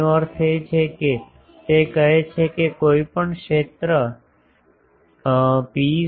એનો અર્થ એ છે કે તે કહે છે કે કોઈ પણ ક્ષેત્ર પી